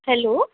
hello